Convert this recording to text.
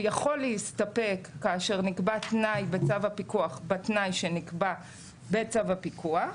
הוא יכול להסתפק כאשר נקבע תנאי בצו הפיקוח בתנאי שנקבע בצו הפיקוח,